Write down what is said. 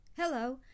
Hello